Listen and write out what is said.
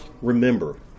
remember